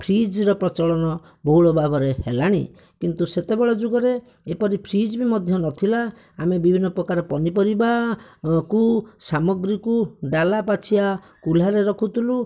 ଫ୍ରିଜର ପ୍ରଚଳନ ବହୁଳ ଭାବରେ ହେଲାଣି କିନ୍ତୁ ସେତବେଳେ ଯୁଗରେ ଏପରି ଫ୍ରିଜ ବି ମଧ୍ୟ ନଥିଲା ଆମେ ବିଭିନ୍ନ ପ୍ରକାର ପନିପରିବାକୁ ସାମଗ୍ରୀକୁ ଡାଲା ପାଛିଆ କୁଲାରେ ରଖୁଥିଲୁ